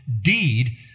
deed